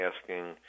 asking